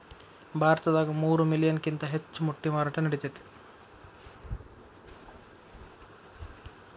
ಭಾರತದಾಗ ಮೂರ ಮಿಲಿಯನ್ ಕಿಂತ ಹೆಚ್ಚ ಮೊಟ್ಟಿ ಮಾರಾಟಾ ನಡಿತೆತಿ